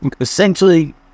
essentially